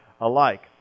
alike